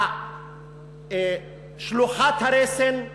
שלוחת הרסן,